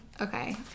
Okay